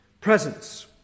presence